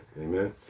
amen